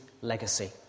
legacy